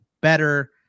better